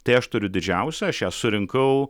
tai aš turiu didžiausią aš ją surinkau